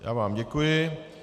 Já vám děkuji.